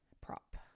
prop